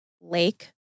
lake